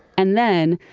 and then,